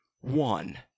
one